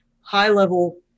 high-level